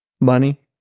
Money